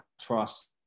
trust